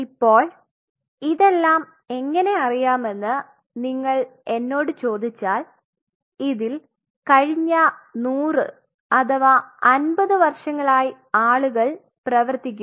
ഇപ്പോൾ ഇതെല്ലാം എങ്ങനെ അറിയാമെന്ന് നിങ്ങൾ എന്നോട് ചോദിച്ചാൽ ഇതിൽ കഴിഞ്ഞ 100 അഥവാ 50 വർഷങ്ങളായി ആളുകൾ പ്രവർത്തിക്കുന്നു